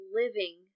living